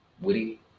Witty